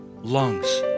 lungs